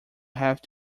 have